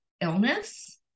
illness